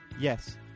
Yes